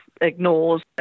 ignores